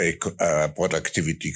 productivity